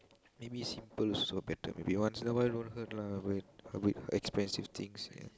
maybe simple it's also better maybe once in a while don't hurt lah with with expensive things and